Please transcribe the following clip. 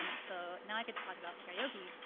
um so now i get to talk about karaoke,